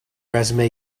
resume